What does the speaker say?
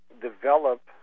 develop